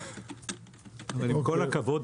עם כל הכבוד,